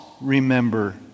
remember